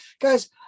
Guys